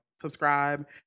Subscribe